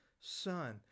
son